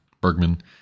Bergman